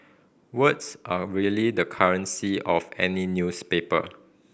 words are really the currency of any newspaper